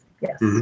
yes